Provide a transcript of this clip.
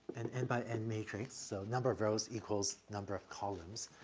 and n by n matrix. so number of rows equals number of columns.